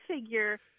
figure